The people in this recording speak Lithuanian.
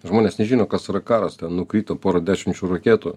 žmonės nežino kas yra karas ten nukrito pora dešimčių raketų